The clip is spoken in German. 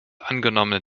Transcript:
angenommene